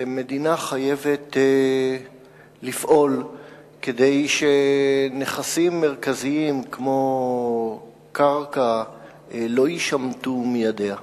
ומדינה חייבת לפעול כדי שנכסים מרכזיים כמו קרקע לא יישמטו מידיה.